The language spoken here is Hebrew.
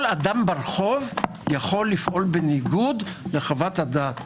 כל אדם ברחוב יכול לפעול בניגוד לחוות הדעת.